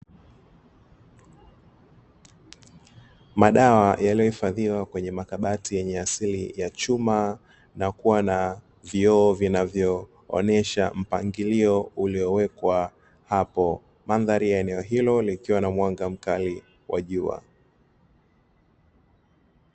Madawa yaliyohifadhiwa kwenye makabati yenye asili ya chuma na kuwa na vioo vinavyoonyesha mpangilio uliowekwa hapo. Mandhari ya eneo hilo likiwa na mwanga mkali wa jua.